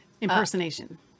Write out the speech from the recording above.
Impersonation